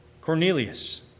Cornelius